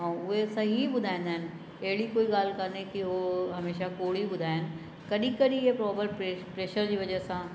ऐं उहे सही ई ॿुधाईंदा आहिनि अहिड़ी कोई ॻाल्हि कोन्हे की उहो हमेशह कूड़ियूं ॿुधाइनि कॾहिं कॾहिं इहे प्रॉपर प्रैशर जी वजह सां